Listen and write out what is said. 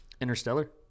Interstellar